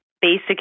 basic